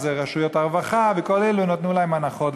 רשויות הרווחה וכל אלה נתנו להם הנחות,